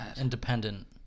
independent